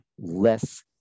less